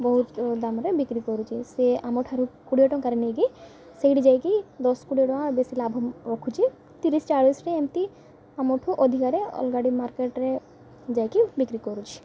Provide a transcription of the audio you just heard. ବହୁତ ଦାମ୍ରେ ବିକ୍ରି କରୁଚି ସେ ଆମଠାରୁ କୋଡ଼ିଏ ଟଙ୍କାରେ ନେଇକି ସେଇଠି ଯାଇକି ଦଶ୍ କୋଡ଼ିଏ ଟଙ୍କା ବେଶୀ ଲାଭ ରଖୁଛି ତିରିଶି ଚାଳିଶ୍ରେ ଏମିତି ଆମଠୁ ଅଧିକାରେ ଅଲଗା ଆ ଡ଼େ ମାର୍କେଟ୍ରେ ଯାଇକି ବିକ୍ରି କରୁଛି